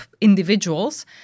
individuals